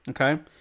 Okay